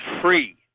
free